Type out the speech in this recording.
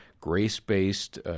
grace-based